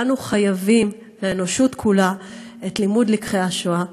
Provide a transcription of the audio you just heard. ואנו חייבים לאנושות כולה את לימוד לקחי השואה,